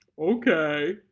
Okay